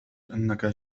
أنك